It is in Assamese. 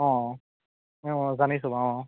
অঁ অঁ জানিছোঁ অঁ